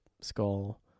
skull